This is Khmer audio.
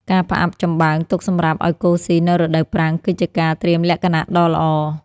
ការផ្អាប់ចំបើងទុកសម្រាប់ឱ្យគោស៊ីនៅរដូវប្រាំង គឺជាការត្រៀមលក្ខណៈដ៏ល្អ។